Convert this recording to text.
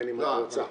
רוצה.